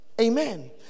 Amen